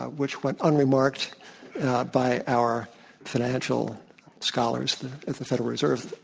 which went unremarked by our financial scholars at the federal reserve.